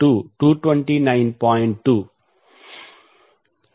2